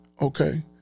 Okay